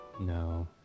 No